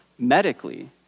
medically